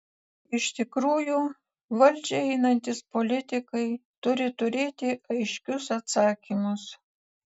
iš tikrųjų valdžią einantys politikai turi turėti aiškius atsakymus